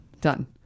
Done